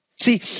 See